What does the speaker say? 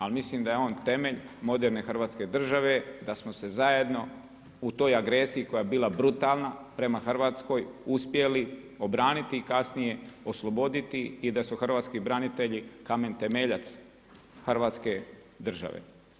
Ali mislim da je on temelj moderne Hrvatske države, da smo se zajedno u toj agresiji koja je bila brutalna prema Hrvatskoj uspjeli obraniti i kasnije osloboditi i da su hrvatski branitelji kamen temeljac Hrvatske države.